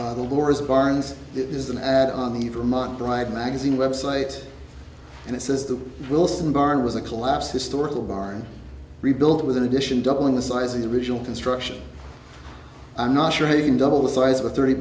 on the borders barnes is an add on the vermont dr magazine website and it says the wilson barn was a collapse historical barn rebuilt with an addition doubling the size of the original construction i'm not sure you can double the size of a thirty